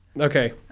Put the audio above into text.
Okay